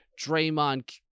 Draymond